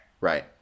Right